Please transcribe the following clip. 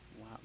Wow